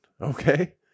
Okay